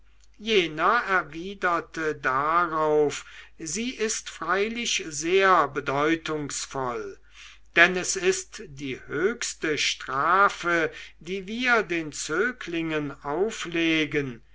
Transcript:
jener erwiderte darauf sie ist freilich sehr bedeutungsvoll denn es ist die höchste strafe die wir den zöglingen auflegen